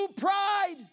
pride